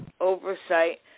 oversight